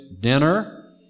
dinner